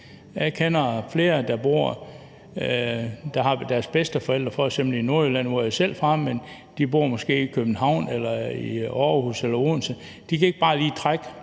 Jeg kender flere, der har deres bedsteforældre i f.eks. Nordjylland, hvor jeg selv er fra, men de bor måske selv i København eller i Aarhus eller i Odense. De kan ikke bare lige trække